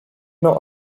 not